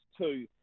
two